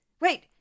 Wait